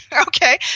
Okay